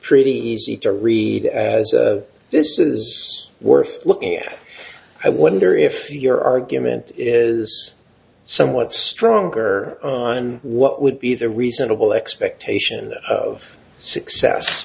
pretty easy to read as this is worth looking at i wonder if your argument is somewhat stronger on what would be the reasonable expectation of success